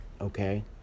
okay